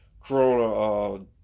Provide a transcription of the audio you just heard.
Corona